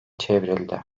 çevrildi